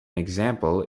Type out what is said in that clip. example